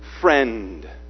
friend